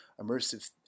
immersive